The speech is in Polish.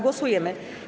Głosujemy.